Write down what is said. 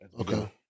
Okay